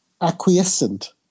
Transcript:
acquiescent